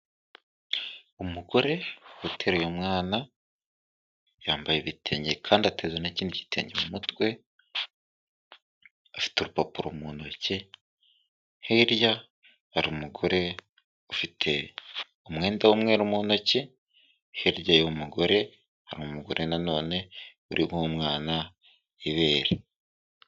Umugore uteruye umwana, yambaye ibitenge kandi ateze n'ikindi gitenge mu mutwe, afite urupapuro mu ntoki, hirya hari umugore ufite umwenda w'umweru mu ntoki, hirya y'uwo mugore hari umugore nanone uri guha umwana ibere.